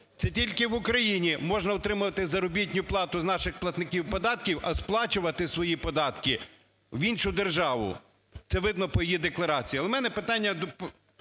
Це тільки в Україні можна отримувати заробітну плату з наших платників податків, а сплачувати свої податки в іншу державу, це видно по її декларації. Але в мене питання,